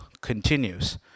continues